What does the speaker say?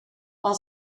all